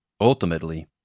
Ultimately